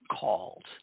called